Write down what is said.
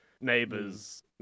neighbors